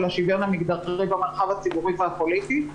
השוויון המגדרי במרחב הציבורי והפוליטי,